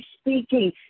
speaking